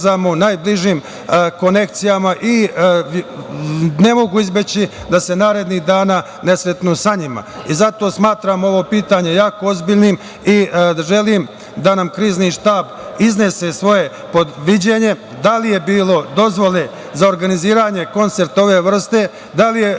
da se narednih dana ne sretnu sa njima. Zato smatram ovo pitanje jako ozbiljnim i želim da nam Krizni štab iznese svoje viđenje, da li je bilo dozvole za organizovanje koncerta ove vrste? Da li je